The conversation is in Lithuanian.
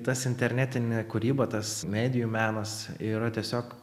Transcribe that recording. tas internetinė kūryba tas medijų menas yra tiesiog